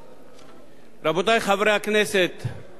רבותי חברי הכנסת, חברי האופוזיציה,